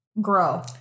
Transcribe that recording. grow